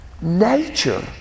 nature